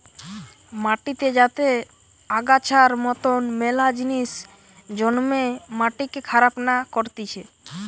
মাটিতে যাতে আগাছার মতন মেলা জিনিস জন্মে মাটিকে খারাপ না করতিছে